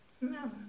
no